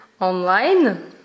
online